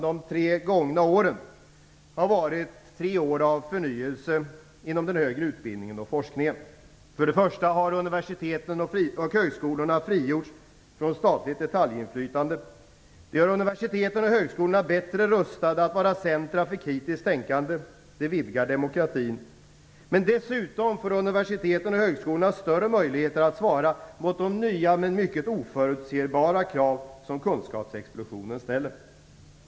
De tre gångna åren har varit tre år av förnyelse inom den högre utbildningen och forskningen. För det första har universiteten och högskolorna frigjorts från statligt detaljinflytande. Det gör universiteten och högskolorna bättre rustade att vara centra för kritiskt tänkande. Det vidgar demokratin, men dessutom får universiteten och högskolorna större möjligheter att svara mot de nya men mycket oförutsebara krav som kunskapsexplosionen ställer.